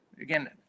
Again